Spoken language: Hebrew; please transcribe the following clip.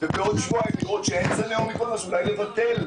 ובעוד שבועיים לראות שאין זני אומיקרון אז אולי לבטל.